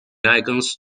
icons